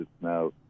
now